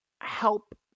help